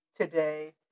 today